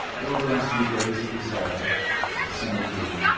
but over the next few days it resolved to some degree,